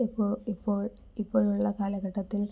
ഇപ്പോൾ ഇപ്പോൾ ഇപ്പോഴുള്ള കാലഘട്ടത്തിൽ